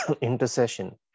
intercession